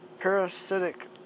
Parasitic